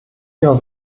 ihrer